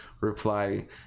reply